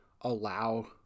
allow